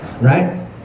right